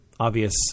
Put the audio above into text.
Obvious